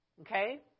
Okay